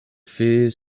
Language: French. fait